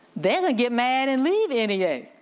they're gonna get mad and leave and yeah